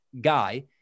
guy